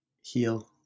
heal